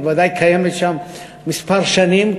היא ודאי קיימת שם כמה שנים,